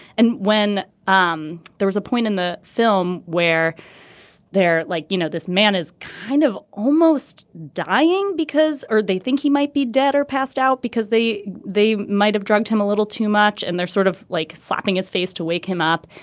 and when um there was a point in the film where they're like you know this man is kind of almost dying because they think he might be dead or passed out because they they might have drugged him a little too much and they're sort of like slapping his face to wake him up.